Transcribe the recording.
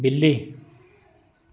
बिल्ली